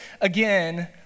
again